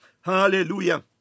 Hallelujah